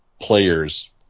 players